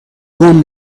گـم